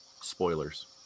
Spoilers